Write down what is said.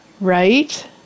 Right